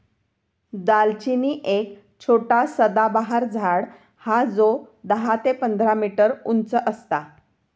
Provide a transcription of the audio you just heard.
दालचिनी एक छोटा सदाबहार झाड हा जो दहा ते पंधरा मीटर उंच असता